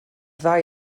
ddau